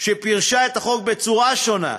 שפירשה את החוק בצורה שונה,